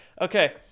Okay